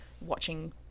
watching